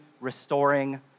restoring